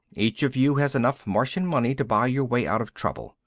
each of you has enough martian money to buy your way out of trouble.